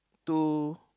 two